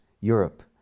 Europe